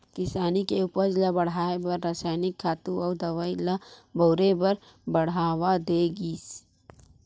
किसानी के उपज ल बड़हाए बर रसायनिक खातू अउ दवई ल बउरे बर बड़हावा दे गिस